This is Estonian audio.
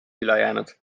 ülejäänud